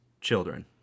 children